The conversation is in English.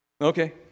okay